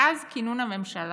מאז כינון הממשלה,